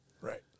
Right